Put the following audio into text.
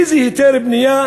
איזה היתר בנייה